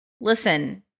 Listen